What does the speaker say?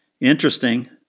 Interesting